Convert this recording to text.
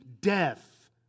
death